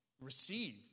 Receive